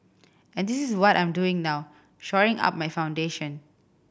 and this is what I'm doing now shoring up my foundation